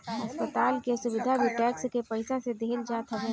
अस्पताल के सुविधा भी टेक्स के पईसा से देहल जात हवे